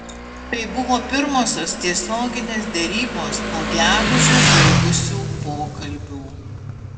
tai buvo pirmosios tiesioginės derybos po gegužę žlugusių pokalbių